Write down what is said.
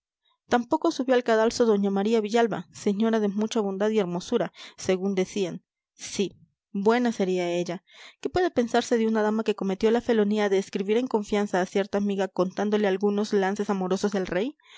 tampoco subió al cadalso doña maría villalba señora de mucha bondad y hermosura según decían sí buena sería ella qué puede pensarse de una dama que cometió la felonía de escribir en confianza a cierta amiga contándole algunos lances amorosos del rey